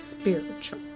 spiritual